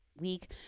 week